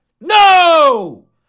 No